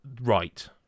right